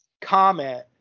comment